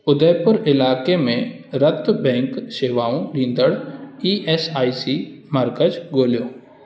उदयपुर इलाइक़े में रतु बैंक शेवाऊं ॾींदड़ ई एस आई सी मर्कज़ ॻोल्हियो